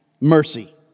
mercy